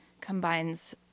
combines